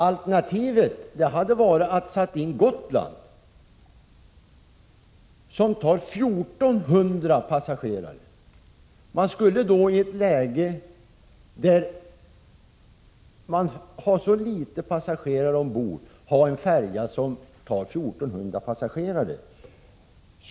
Alternativet hade varit att sätta in fartyget Gotland, som tar 1 400 passagerare. Man skulle då i ett läge, där det är så här få passagerare ombord, ha begagnat en färja som tar 1400 passagerare.